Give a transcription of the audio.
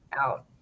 out